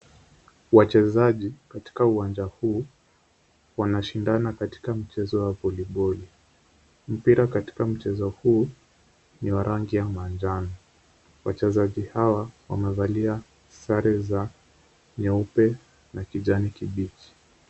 Wachezaji katika uwanja huu wanashindana katika mchezo wa voliboli. Mpira katika mchezo huu, ni wa rangi ya manjano . Wachezaji hawa wamevalia sare za nyeupe na kijani kibichi.